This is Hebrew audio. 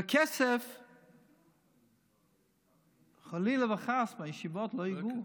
ובכסף לישיבות, חלילה וחס, לא ייגעו.